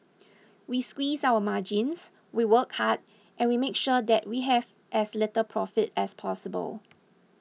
we squeeze our margins we work hard and we make sure that we have as little profit as possible